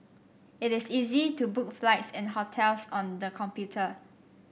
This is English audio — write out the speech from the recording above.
it is easy to book flights and hotels on the computer